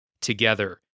together